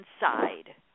inside